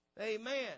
Amen